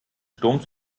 sturm